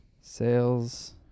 Sales